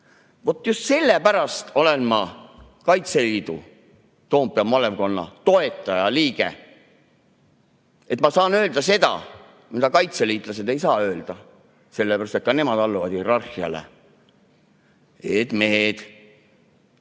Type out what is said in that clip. Just sellepärast olen ma Kaitseliidu Toompea malevkonna toetajaliige, et ma saan öelda seda, mida kaitseliitlased ei saa öelda, sest ka nemad alluvad hierarhiale. Mehed,